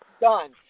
Done